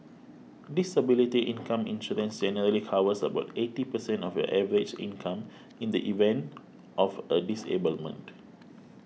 disability income insurance generally covers about eighty percent of your average income in the event of a disablement